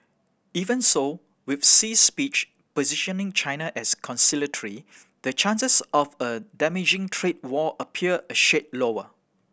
even so with Xi's speech positioning China as conciliatory the chances of a damaging trade war appear a shade lower